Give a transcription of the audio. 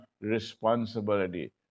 responsibility